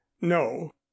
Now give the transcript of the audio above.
No